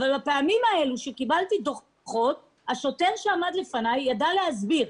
אבל בפעמים שקיבלתי דוח השוטר שעמד לפניי ידע להסביר.